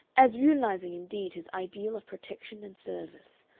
as realizing, indeed, his ideal of protection and service,